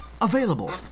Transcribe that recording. available